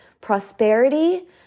prosperity